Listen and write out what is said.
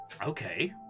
Okay